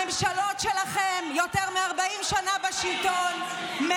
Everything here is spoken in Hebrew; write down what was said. הממשלות שלכם יותר מ-40 שנה מממנות